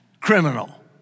criminal